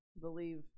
believe